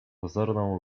pozorną